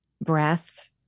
breath